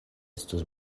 estus